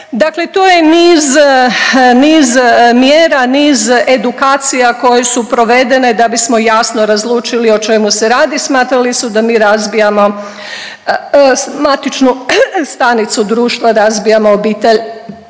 Dakle, to je niz mjera, niz edukacija koje su provedene da bismo jasno razlučili o čemu se radi. Smatrali su da mi razbijamo matičnu stanicu društva, razbijamo obitelj